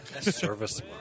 Service